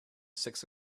six